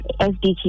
SDG